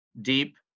deep